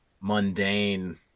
mundane